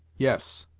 yes.